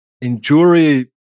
injury